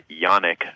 Yannick